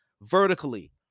vertically